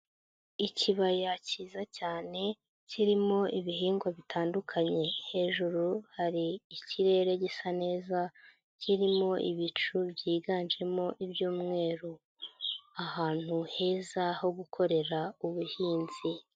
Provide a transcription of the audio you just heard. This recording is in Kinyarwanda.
Ikibaya cyiza cyane kirimo ibihingwa bitandukanye. Hejuru hari ikirere gisa neza, kirimo ibicu byiganjemo ibyumweru. Ahantu heza ho gukorera ubuhinzi.